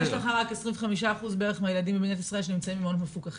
מלכתחילה יש לך רק 25% ילדים במדינת ישראל שנמצאים במעונות מפוקחים,